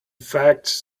facts